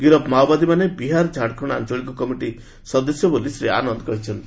ଗିରଫ ମାଓବାଦୀମାନେ ବିହାର ଝାଡ଼ଖଣ୍ଡ ଆଞ୍ଚଳିକ କମିଟି ସଦସ୍ୟ ବୋଲି ଶ୍ରୀ ଆନନ୍ଦ କହିଚ୍ଚନ୍ତି